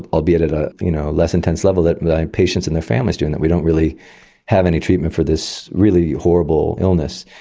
albeit at a you know less intense level than my patients and their families do, in that we don't really have any treatment for this really horrible illness.